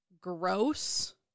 gross